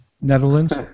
Netherlands